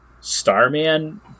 Starman